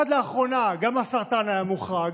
עד לאחרונה גם הסרטן היה מוחרג.